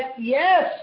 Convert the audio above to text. yes